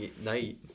night